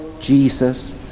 Jesus